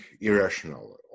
irrational